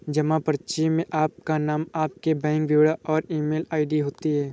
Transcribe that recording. जमा पर्ची में आपका नाम, आपके बैंक विवरण और ईमेल आई.डी होती है